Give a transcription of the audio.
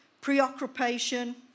preoccupation